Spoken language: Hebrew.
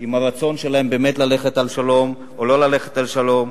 אם הרצון שלהם באמת ללכת על שלום או לא ללכת על שלום.